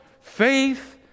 faith